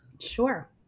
Sure